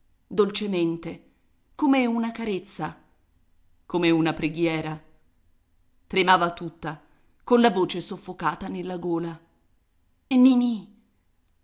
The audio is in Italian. dolcemente come una carezza come una preghiera tremava tutta colla voce soffocata nella gola ninì